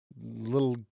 little